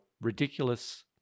ridiculous